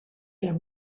their